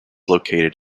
located